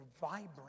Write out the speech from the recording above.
vibrant